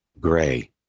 gray